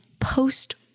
post